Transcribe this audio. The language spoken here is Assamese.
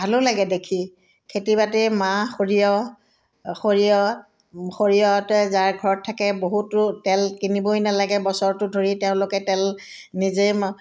ভালো লাগে দেখি খেতি বাতি মাহ সৰিয়হ সৰিয়হ সৰিয়হতে যাৰ ঘৰত থাকে বহুতো তেল কিনিবই নালাগে বছৰটো ধৰি তেওঁলোকে তেল নিজেই মা